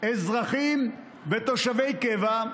אזרחים ותושבי קבע,